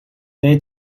they